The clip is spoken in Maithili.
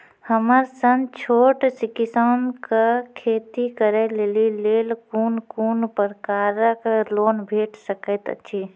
हमर सन छोट किसान कअ खेती करै लेली लेल कून कून प्रकारक लोन भेट सकैत अछि?